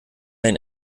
ein